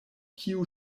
kiu